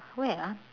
where ah